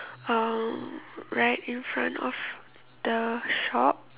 um right in front of the shop